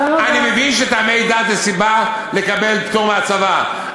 אני מבין שטעמי דת זה סיבה לקבל פטור מהצבא,